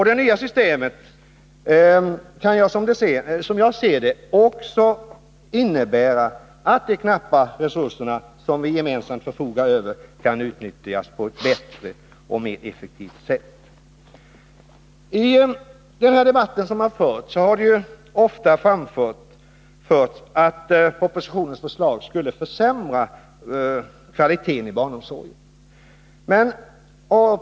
Det nya systemet kan — som jag ser det — också innebära att de knappa ekonomiska resurser som vi gemensamt förfogar över kan utnyttjas bättre och på ett mer effektivt sätt. I den debatt som har förts har det också ofta sagts att ett genomförande av propositionens förslag skulle försämra kvaliteten inom barnomsorgen.